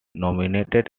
nominated